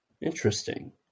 Interesting